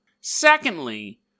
Secondly